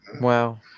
Wow